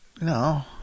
No